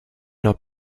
not